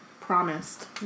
promised